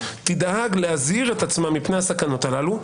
תדאג להזהיר את עצמה מפני הסכנות הללו,